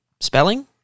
spelling